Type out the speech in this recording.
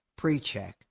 precheck